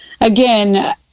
again